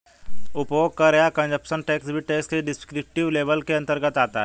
उपभोग कर या कंजप्शन टैक्स भी टैक्स के डिस्क्रिप्टिव लेबल के अंतर्गत आता है